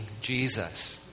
Jesus